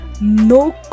No